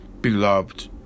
Beloved